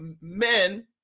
men